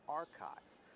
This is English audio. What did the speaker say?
archives